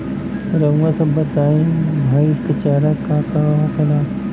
रउआ सभ बताई भईस क चारा का का होखेला?